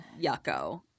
Yucko